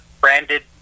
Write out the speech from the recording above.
branded